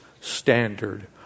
standard